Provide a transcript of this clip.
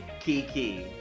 Kiki